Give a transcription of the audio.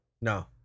No